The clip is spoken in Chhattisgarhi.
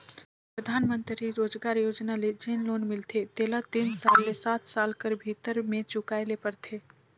परधानमंतरी रोजगार योजना ले जेन लोन मिलथे तेला तीन ले सात साल कर भीतर में चुकाए ले परथे